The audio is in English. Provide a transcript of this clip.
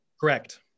Correct